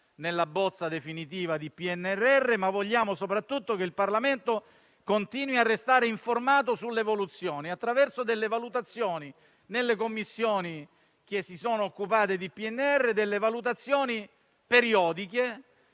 nella bozza definitiva del PNRR, ma vogliamo soprattutto che il Parlamento continui a restare informato sull'evoluzione, attraverso delle valutazioni periodiche nelle Commissioni che si sono occupate del PNRR, che credo contribuiranno